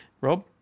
Rob